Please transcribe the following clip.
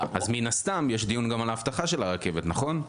אז מן הסתם יש דיון גם על האבטחה של הרכבת, נכון?